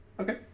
Okay